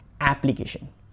application